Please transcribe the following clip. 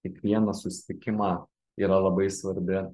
kiekvieną susitikimą yra labai svarbi